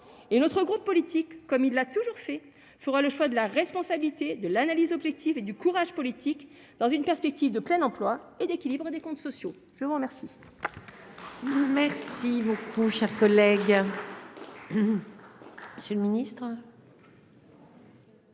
et notre groupe politique fera, comme tel a toujours été le cas, le choix de la responsabilité, de l'analyse objective et du courage politique, dans une perspective de plein emploi et d'équilibre des comptes sociaux ! Excellent